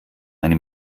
eine